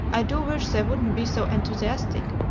i do wish they wouldn't be so enthusiastic!